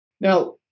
Now